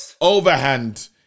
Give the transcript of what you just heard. overhand